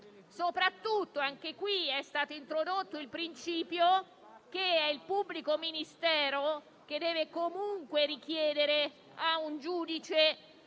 Soprattutto, anche a tale riguardo è stato introdotto il principio che è il pubblico ministero che deve richiedere a un giudice